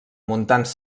montans